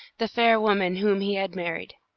the fair woman whom he had married.